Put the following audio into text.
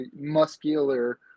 muscular